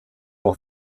will